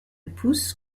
poussent